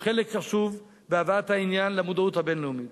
יש חלק חשוב בהבאת העניין למודעות הבין-לאומית.